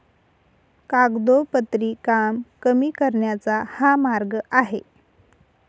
कागदोपत्री काम कमी करण्याचा हा मार्ग आहे